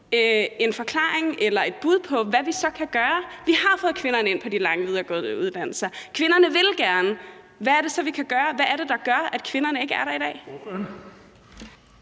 en forklaring på det eller et bud på, hvad vi så kan gøre. Vi har fået kvinderne ind på de lange videregående uddannelser, og kvinderne vil gerne, så hvad er det, vi kan gøre? Hvad er det, der gør, at kvinderne ikke er der i dag?